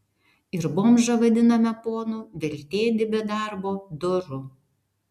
ir bomžą vadiname ponu veltėdį be darbo doru